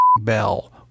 Bell